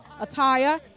attire